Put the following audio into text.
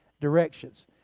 directions